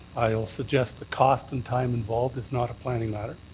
i'll suggest the costs and time involved is not a planning matter.